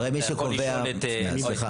אתה יכול לשאול את הסמנכ"ל.